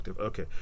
Okay